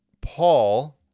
Paul